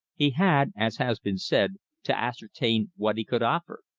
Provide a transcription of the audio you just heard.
he had, as has been said, to ascertain what he could offer.